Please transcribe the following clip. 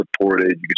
supported